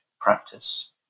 practice